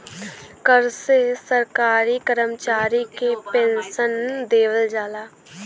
कर से सरकारी करमचारी के पेन्सन देवल जाला